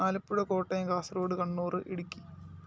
Alappuzha Kottayam Kasaragod Kannur Idukki